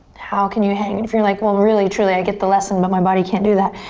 how can you hang? and if you're like, well really truly i get the lesson but my body can't do that,